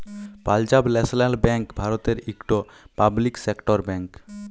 Punjab national bank ভারতের ইকট public sector bank